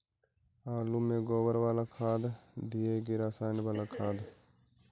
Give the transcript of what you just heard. आलु में गोबर बाला खाद दियै कि रसायन बाला खाद?